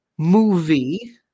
Movie